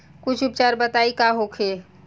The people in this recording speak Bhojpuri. कुछ उपचार बताई का होखे?